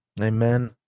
amen